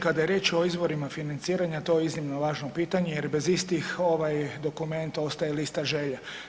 Kada je riječ o izvorima financiranja, to je iznimno važno pitanje jer bez istih ovaj dokument ostaje lista želja.